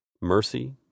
Mercy